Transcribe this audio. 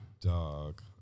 Dog